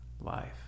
life